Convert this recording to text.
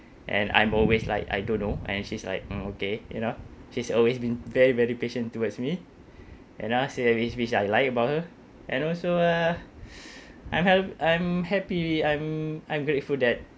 and I'm always like I don't know and she's like mm okay you know she's always been very very patient towards me and I'll say which which I like about her and also uh I'm ha~ I'm happy I'm I'm grateful that